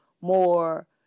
more